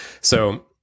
So-